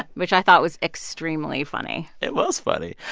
ah which i thought was extremely funny it was funny.